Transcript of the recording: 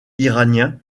iraniens